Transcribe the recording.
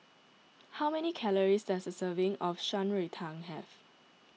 how many calories does a serving of Shan Rui Tang have